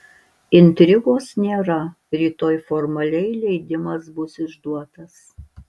intrigos nėra rytoj formaliai leidimas bus išduotas